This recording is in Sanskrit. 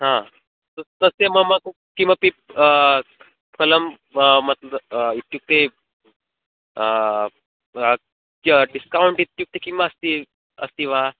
हा तस्य मम किमपि फलं मत् इत्युक्ते डिस्कौण्ट् इत्युक्ते किम् अस्ति अस्ति वा